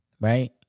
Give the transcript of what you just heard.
right